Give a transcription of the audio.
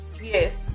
Yes